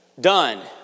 done